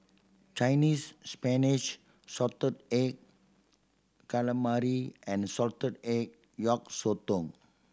Chinese Spinach salted egg calamari and salted egg yolk sotong